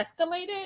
escalated